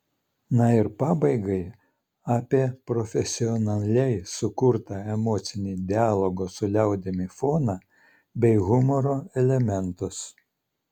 na ir pabaigai apie profesionaliai sukurtą emocinį dialogo su liaudimi foną bei humoro elementus